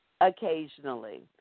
occasionally